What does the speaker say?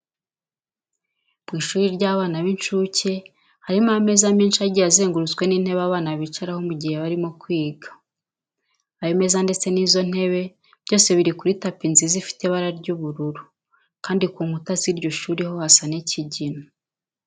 Mu ishuri ry'abana b'inshuke harimo ameza menshi agiye azengurutswe n'intebe abana bicaraho mu gihe barimo kwiga. Ayo meza ndetse n'izo ntebe byose biri kuri tapi nziza ifite ibara ry'ubururu kandi ku nkuta z'iryo shuri ho hasa nk'ikigina.